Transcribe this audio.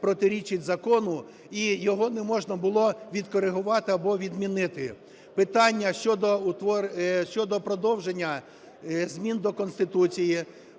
протирічить закону, і його не можна було відкоригувати або відмінити. Питання щодо продовження змін до Конституції,